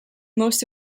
most